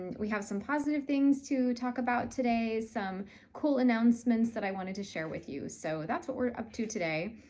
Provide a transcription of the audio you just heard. we have some positive things to talk about today, some cool announcements that i wanted to share with you, so. that's what we're up to today.